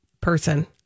person